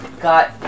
got